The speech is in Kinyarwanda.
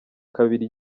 kabiri